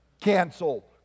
cancel